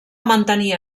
mantenir